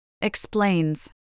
explains